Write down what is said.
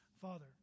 Father